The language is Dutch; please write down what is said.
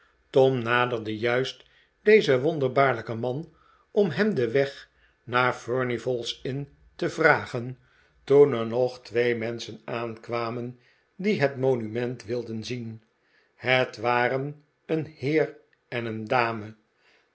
tom naderde juist dezen wonderbaarlijken man om hem den weg naar furnival's inn te vragen toen er nog twee menschen aankwamen die het monument wilden zien het waren een heer en een dame